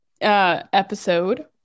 episode